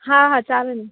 हां हां चालेल